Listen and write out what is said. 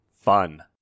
fun